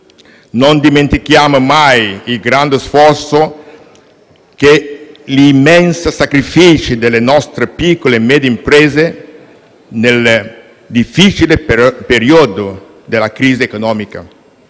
Non dimentichiamo mai il grande sforzo e gli immensi sacrifici delle nostre piccole e medie imprese nel difficile periodo della crisi economica.